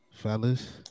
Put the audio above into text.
Fellas